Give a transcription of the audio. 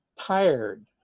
tired